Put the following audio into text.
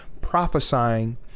prophesying